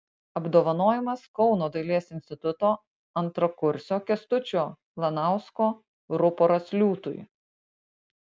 apdovanojimas kauno dailės instituto antrakursio kęstučio lanausko ruporas liūtui